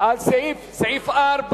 על סעיף 4